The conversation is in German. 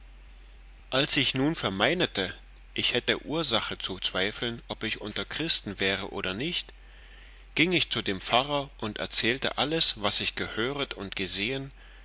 als ich nun vermeinete ich hätte ursache zu zweifeln ob ich unter christen wäre oder nicht gieng ich zu dem pfarrer und erzählte alles was ich gehöret und gesehen